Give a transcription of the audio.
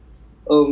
ya